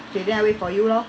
kay then I wait for you lor